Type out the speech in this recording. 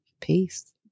Peace